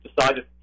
decided